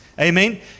Amen